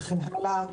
וכן הלאה.